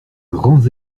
grands